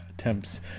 Attempts